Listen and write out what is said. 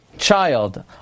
child